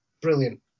brilliant